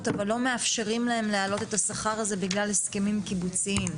אבל לא מאפשרים להם להעלות את השכר הזה בגלל הסכמים קיבוציים?